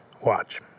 Watch